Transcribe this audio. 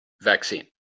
vaccine